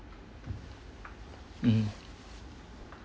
mm